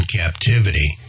captivity